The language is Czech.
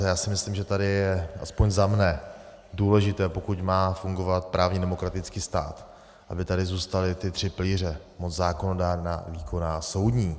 Já si myslím, že tady je aspoň za mne důležité, pokud má fungovat právní demokratický stát, aby tady zůstaly ty tři pilíře: moc zákonodárná, výkonná a soudní.